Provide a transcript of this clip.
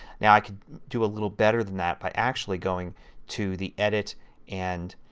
now i can do a little better than that by actually going to the edit and